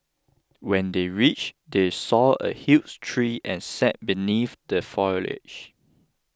when they reached they saw a huge tree and sat beneath the foliage